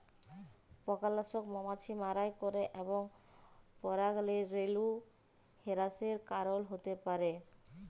পকালাসক মমাছি মারাই ক্যরে এবং পরাগরেলু হেরাসের কারল হ্যতে পারে